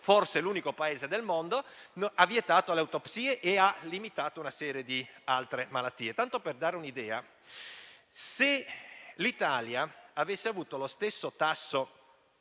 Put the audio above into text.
forse l'unico Paese del mondo, ha vietato le autopsie e ha limitato una serie di altre malattie. Tanto per dare un'idea, se l'Italia avesse avuto lo stesso tasso